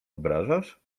obrażasz